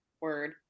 Word